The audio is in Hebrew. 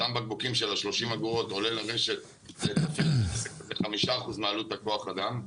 אותם בקבוקים של ה-30 אגורות עולה לרשת 5% מעלות כוח האדם.